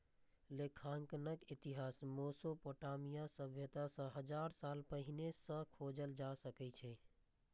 लेखांकनक इतिहास मोसोपोटामिया सभ्यता सं हजार साल पहिने सं खोजल जा सकै छै